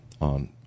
on